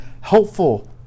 helpful